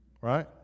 right